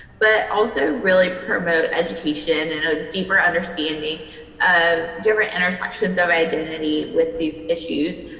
but also really promote education and a deeper understanding of different intersections of identity with these issues.